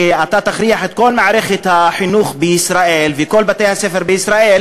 שאתה תכריח את כל מערכת החינוך בישראל וכל בתי-הספר בישראל